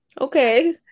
Okay